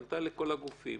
היא פנתה לכל הגופים